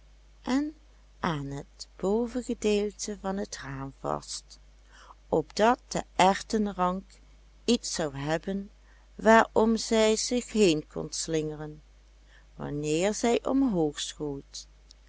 en aan het bovengedeelte van het raam vast opdat de erwtenrank iets zou hebben waarom zij zich heen kon slingeren wanneer zij